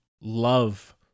love